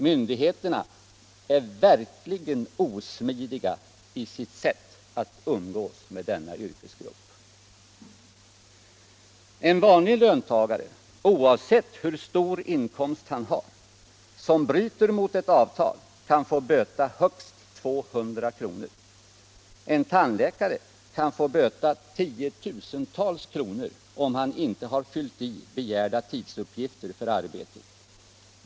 Myndigheterna är verkligen osmidiga i sitt sätt att umgås med denna yrkesgrupp. En vanlig löntagare, som bryter mot ett avtal kan få böta högst 200 kr., oavsett hur stor inkomst han har. En tandläkare kan få böta tiotusentals kronor om han inte har fyllt i begärda tidsuppgifter för arbetet.